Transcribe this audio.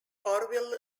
orville